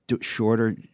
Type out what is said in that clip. shorter